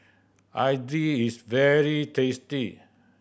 idly is very tasty